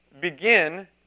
begin